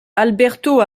alberto